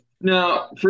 Now